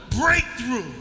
breakthrough